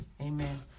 Amen